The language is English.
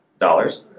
dollars